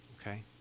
okay